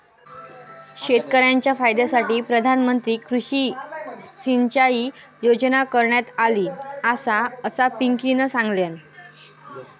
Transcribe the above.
शेतकऱ्यांच्या फायद्यासाठी प्रधानमंत्री कृषी सिंचाई योजना करण्यात आली आसा, असा पिंकीनं सांगल्यान